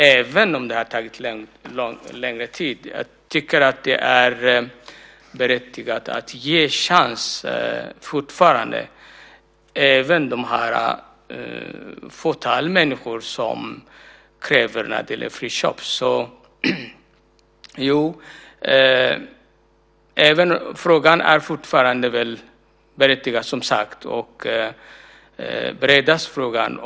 Även om det har tagit lång tid är det berättigat att ge chansen även till det fåtal människor som kräver friköp. Det är fortfarande berättigat att bereda frågan.